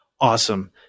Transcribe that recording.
Awesome